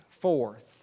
forth